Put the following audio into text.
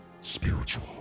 spiritual